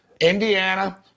Indiana